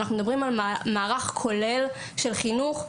אנחנו מדברים על מערך כולל של חינוך,